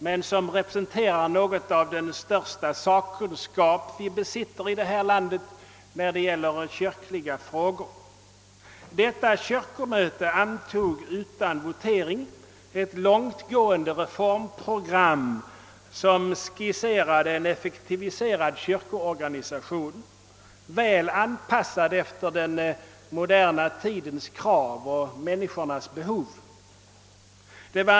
Den representerar den största sakkunskap vi besitter i det här landet när det gäller kyrkliga frågor. Detta kyrkomöte antog utan votering ett långtgående reformprogram som skisserade en effektiviserad kyrkoorganisation, väl anpassad efter den moderna tidens krav och människornas behov.